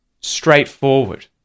straightforward